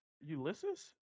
Ulysses